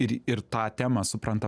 ir ir tą temą supranta